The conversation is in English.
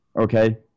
Okay